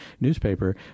newspaper